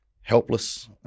helpless